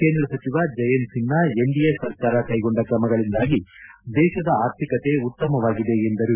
ಕೇಂದ್ರ ಸಚಿವ Jayant Sinha N D A ಸರ್ಕಾರ ಕೈಗೊಂಡ ತ್ರಮಗಳಿಂದಾಗಿ ದೇಶದ ಆರ್ಥಿಕತೆ ಉತ್ತಮವಾಗಿದೆ ಎಂದರು